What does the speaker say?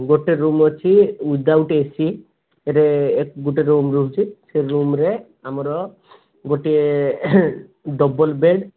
ଗୋଟେ ରୁମ୍ ଅଛି ଉଇଦାଉଟ୍ ଏସିରେ ଗୋଟେ ରୁମ୍ ରହୁଛି ସେରୁମ୍ରେ ଆମର ଗୋଟିଏ ଡବଲ୍ ବେଡ଼୍